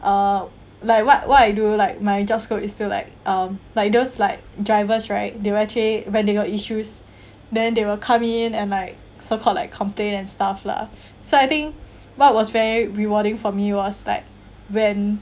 uh like what what I do like my job scope is still like um like those like drivers right they actually when they got issues then they will come in and like so called like complain and stuff lah so I think what was very rewarding for me was like when